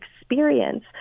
experience